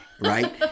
right